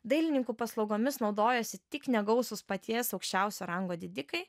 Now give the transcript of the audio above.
dailininkų paslaugomis naudojosi tik negausūs paties aukščiausio rango didikai